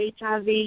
HIV